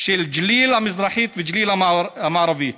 של ג'ליל המזרחית וג'ליל המערבית,